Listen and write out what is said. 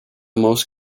most